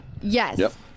yes